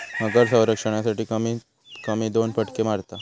मगर संरक्षणासाठी, कमीत कमी दोन फटके मारता